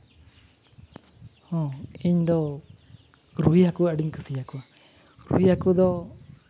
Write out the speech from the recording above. ᱦᱚᱸ ᱤᱧ ᱫᱚ ᱨᱩᱭ ᱦᱟᱹᱠᱩ ᱟᱹᱰᱤᱧ ᱠᱩᱥᱤ ᱟᱠᱚᱣᱟ ᱨᱩᱭ ᱦᱟᱹᱠᱩ ᱫᱚ